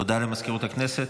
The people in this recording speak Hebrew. הודעה למזכירות הכנסת.